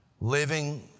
living